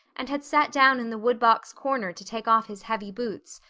and had sat down in the woodbox corner to take off his heavy boots,